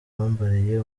bambariye